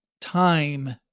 time